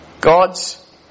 God's